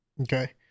okay